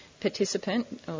participant